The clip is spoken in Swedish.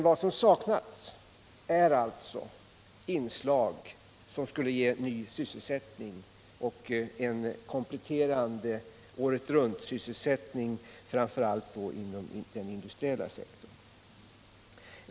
Vad som saknas är alltså inslag som skulle kunna ge ny sysselsättning och en kompletterande åretruntsysselsättning, framför allt då inom den industriella sektorn.